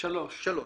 בעד תקנה 2 2 נגד,